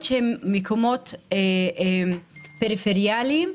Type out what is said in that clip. ממקומות פריפריאליים,